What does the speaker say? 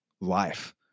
life